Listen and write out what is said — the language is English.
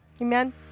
Amen